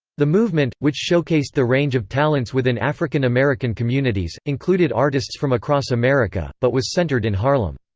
the movement, which showcased the range of talents within african-american communities, included artists from across america, but was centered in harlem.